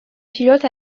pilote